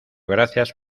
gracias